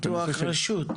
זה ביטוח רשות.